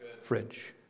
fridge